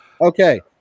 Okay